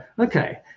okay